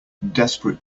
desperate